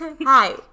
Hi